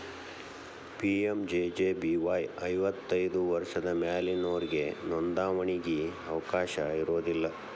PMJJBY ಐವತ್ತೈದು ವರ್ಷದ ಮ್ಯಾಲಿನೊರಿಗೆ ನೋಂದಾವಣಿಗಿ ಅವಕಾಶ ಇರೋದಿಲ್ಲ